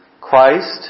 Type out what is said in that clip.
Christ